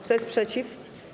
Kto jest przeciw?